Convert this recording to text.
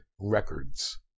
Records